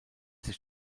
sich